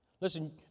Listen